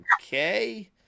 okay